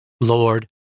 Lord